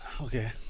Okay